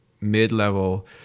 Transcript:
mid-level